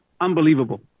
unbelievable